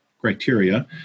criteria